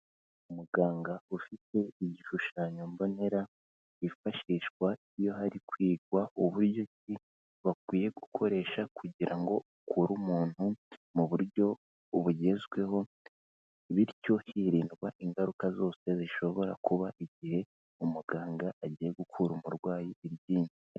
Umuganga ufite igishushanyo mbonera cyifashishwa iyo hari kwigwa uburyo ki bakwiye gukoresha kugira ngo ukure umuntu mu buryo bugezweho, bityo hirindwa ingaruka zose zishobora kuba igihe umuganga agiye gukura umurwayi iryinyo.